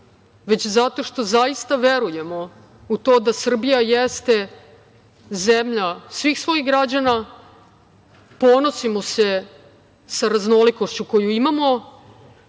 već zato što zaista verujemo u to da Srbija jeste zemljama svih svojih građana. Ponosimo se sa raznolikošću koju imamo,